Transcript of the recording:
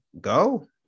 go